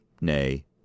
nay